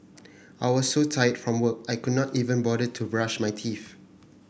I was so tired from work I could not even bother to brush my teeth